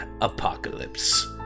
apocalypse